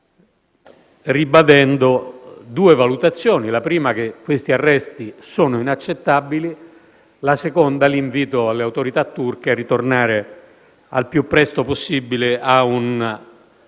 ribadendo due valutazioni: la prima, che questi arresti sono inaccettabili; la seconda, invitando le autorità turche a ritornare al più presto possibile ad un